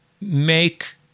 make